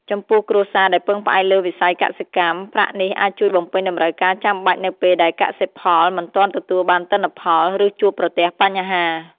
ចំពោះគ្រួសារដែលពឹងផ្អែកលើវិស័យកសិកម្ម ប្រាក់នេះអាចជួយបំពេញតម្រូវការចាំបាច់នៅពេលដែលកសិផលមិនទាន់ទទួលបានទិន្នផល ឬជួបប្រទះបញ្ហា។